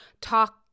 talk